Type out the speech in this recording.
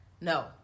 No